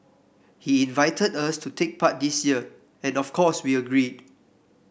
he invited us to take part this year and of course we agreed